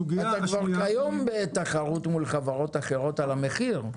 אתה כבר כיום בתחרות מול חברות אחרות על המחיר.